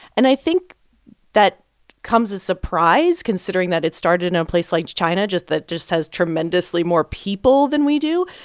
and i think that comes as surprise, considering that it started in a place like china just that just has tremendously more people than we do.